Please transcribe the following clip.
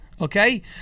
Okay